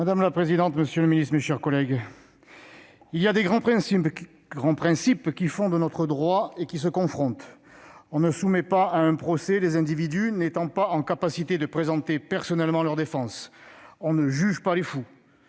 Madame la présidente, monsieur le garde des sceaux, mes chers collègues, il y a de grands principes qui fondent notre droit et qui se confrontent : on ne soumet pas à un procès les individus n'étant pas en capacité de présenter personnellement leur défense ; on ne juge pas les fous.